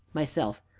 myself.